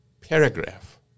paragraph